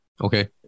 Okay